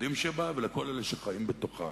ליהודים שבה ולכל אלה שחיים בתוכה.